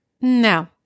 no